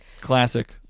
Classic